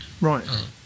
Right